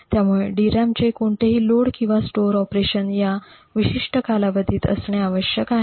त्यामुळे DRAM चे कोणतेही लोड किंवा स्टोअर ऑपरेशन या विशिष्ट कालावधीत असणे आवश्यक आहे